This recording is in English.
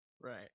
Right